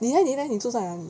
你 leh 你 leh 你住在哪里